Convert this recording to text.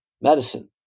medicine